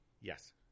Yes